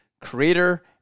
creator